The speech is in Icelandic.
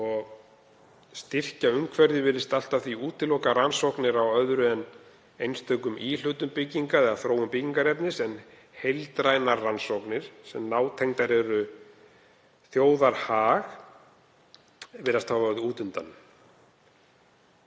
Styrkjaumhverfið virðist allt að því útiloka rannsóknir á öðru en einstökum íhlutum bygginga eða þróun byggingarefnis en heildrænar rannsóknir sem nátengdar eru þjóðarhag virðast hafa orðið út undan.